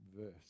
verse